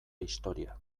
historia